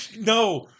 No